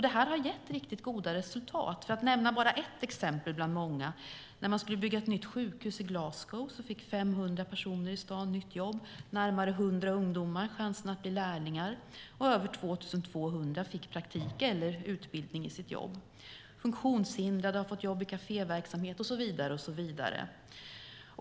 Detta har gett riktigt goda resultat. För att nämna bara ett exempel bland många: När man skulle bygga ett nytt sjukhus i Glasgow fick 500 personer i staden nytt jobb. Närmare 100 ungdomar fick chansen att bli lärlingar, och över 2 200 fick praktik eller utbildning i sitt jobb. Funktionshindrade har fått jobb i kaféverksamhet och så vidare.